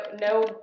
no